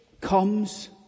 comes